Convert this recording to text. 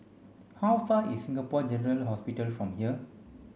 how far is Singapore General Hospital from here